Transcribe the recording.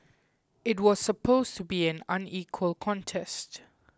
it was supposed to be an unequal contest